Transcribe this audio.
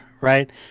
right